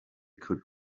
could